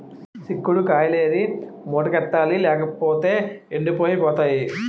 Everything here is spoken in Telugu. సిక్కుడు కాయిలేరి మూటకెత్తాలి లేపోతేయ్ ఎండిపోయి పోతాయి